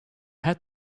had